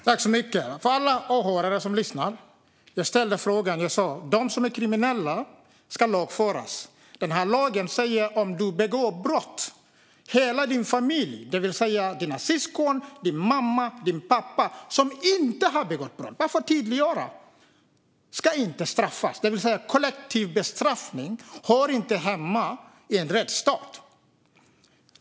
Herr talman! Till er som lyssnar: De som är kriminella ska lagföras. Men de i din familj som inte har begått brott ska inte straffas. Kollektiv bestraffning hör inte hemma i en rättsstat.